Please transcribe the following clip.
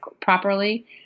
properly